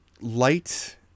light